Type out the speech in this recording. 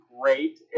great